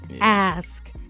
ask